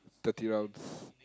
thirty rounds